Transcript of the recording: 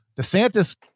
DeSantis